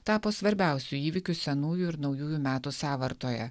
tapo svarbiausiu įvykiu senųjų ir naujųjų metų sąvartoje